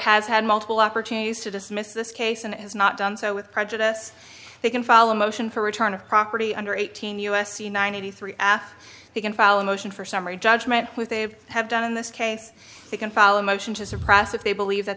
has had multiple opportunities to dismiss this case and it has not done so with prejudice they can follow a motion for return of property under eighteen u s c ninety three they can file a motion for summary judgment with they have done in this case they can follow a motion to suppress if they believe that